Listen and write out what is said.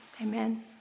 Amen